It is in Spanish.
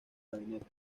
gabinete